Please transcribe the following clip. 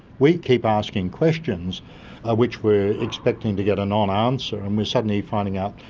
we keep asking questions ah which we're expecting to get a non-answer and we're suddenly finding out,